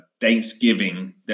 Thanksgiving